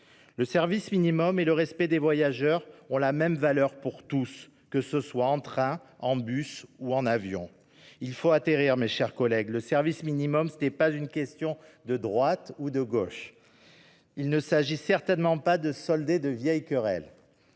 Le service minimum et le respect des voyageurs ont la même valeur pour tous, que ce soit en train, en bus ou en avion. Il faut atterrir, mes chers collègues ! Le service minimum, ce n'est pas une question de droite ou de gauche. Il ne s'agit certainement pas de solder de vieilles querelles.